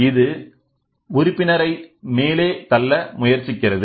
இது உறுப்பினரை மேலே தள்ள முயற்சிக்கிறது